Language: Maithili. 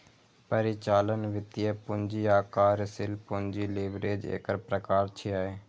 परिचालन, वित्तीय, पूंजी आ कार्यशील पूंजी लीवरेज एकर प्रकार छियै